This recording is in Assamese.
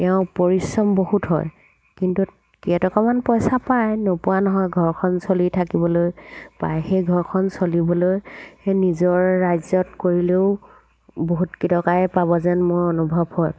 তেওঁৰ পৰিশ্ৰম বহুত হয় কিন্তু কেইটকামান পইচা পায় নোপোৱা নহয় ঘৰখন চলি থাকিবলৈ পায় সেই ঘৰখন চলিবলৈ সেই নিজৰ ৰাজ্যত কৰিলেও বহুত কেইটকাই পাব যেন মই অনুভৱ হয়